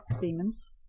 demons